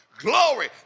Glory